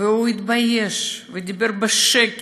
הוא התבייש ודיבר בשקט,